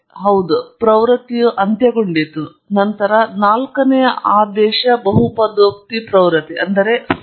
ಖಂಡಿತವಾಗಿಯೂ ಒಂದು ಘನವಾದವು ಇರಬಹುದಾಗಿದ್ದು ಅದನ್ನು ನಾವು ಮಾಡಬಹುದಾಗಿತ್ತು ನಂತರ ನಾಲ್ಕನೆಯ ಆದೇಶ ಬಹುಪದೋಕ್ತಿ ಪ್ರವೃತ್ತಿ ಮತ್ತು ಇನ್ನೊಮ್ಮೆ ನಡೆಯುತ್ತಿದೆಯೆ ಎಂದು ಪರಿಶೀಲಿಸಿ